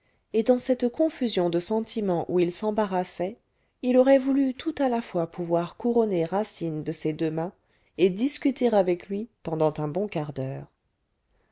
et dans cette confusion de sentiments où il s'embarrassait il aurait voulu tout à la fois pouvoir couronner racine de ses deux mains et discuter avec lui pendant un bon quart d'heure